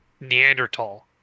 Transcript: Neanderthal